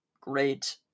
great